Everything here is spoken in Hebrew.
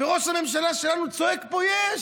וראש הממשלה שלנו צועק פה "יש".